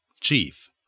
CHIEF